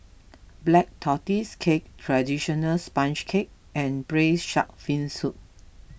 Black Tortoise Cake Traditional Sponge Cake and Braised Shark Fin Soup